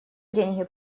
деньги